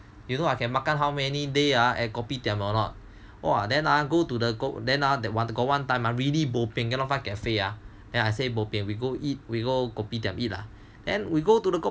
you know I can makan how many day ah at kopitiam or not !wah! then ah go to the then ah that one got one time are really bopian cannot find cafe ah and I say bopian we go eat we go kopitiam lah then we go to the kopitiam